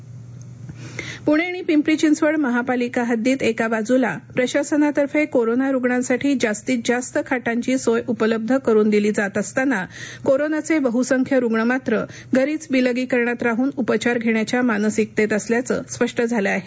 विलगीकरण पूणे आणि पिंपरी चिंचवड महापालिका हद्दीत एका बाजूला प्रशासनातर्फे कोरोना रुग्णांसाठी जास्तीत जास्त खाटांची सोय उपलब्ध करून दिली जात असताना कोरोनाचे बहुसंख्य रुग्ण मात्र घरीच विलगीकरणात राहून उपचार घेण्याच्या मानसिकतेत असल्याचं स्पष्ट झालं आहे